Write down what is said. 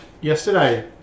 yesterday